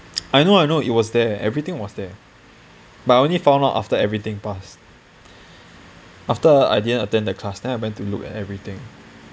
I know I know it was there everything was there but I only found out after everything pass after I didn't attend the class then I went to look at everything